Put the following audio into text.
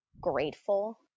grateful